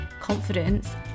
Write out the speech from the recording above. confidence